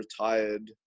retired